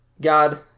God